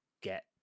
get